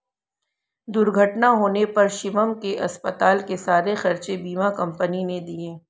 दुर्घटना होने पर शिवम के अस्पताल के सारे खर्चे बीमा कंपनी ने दिए